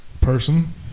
person